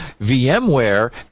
VMware